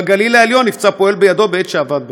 בגליל העליון נפצע פועל בידו בעת שעבד בלול.